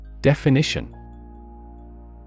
Definition